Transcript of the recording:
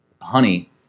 honey